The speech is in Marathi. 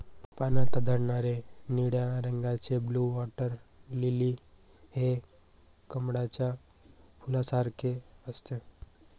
पाण्यात आढळणारे निळ्या रंगाचे ब्लू वॉटर लिली हे कमळाच्या फुलासारखे असते